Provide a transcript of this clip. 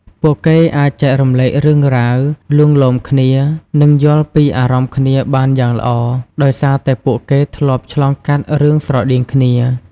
ពួកគេអាចចែករំលែករឿងរ៉ាវ លួងលោមគ្នា និងយល់ពីអារម្មណ៍គ្នាបានយ៉ាងល្អ ដោយសារតែពួកគេធ្លាប់ឆ្លងកាត់រឿងស្រដៀងគ្នា ។